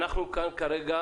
כרגע